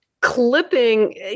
clipping